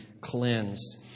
cleansed